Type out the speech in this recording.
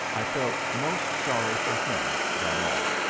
i felt most sorry for him than all.